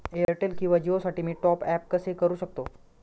Airtel किंवा जिओसाठी मी टॉप ॲप कसे करु शकतो?